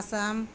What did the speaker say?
Assam